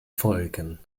folgen